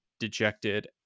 dejected